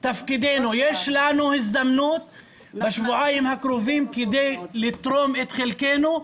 תפקידנו יש לנו הזדמנות בשבועיים הקרובים כדי לתרום את חלקנו.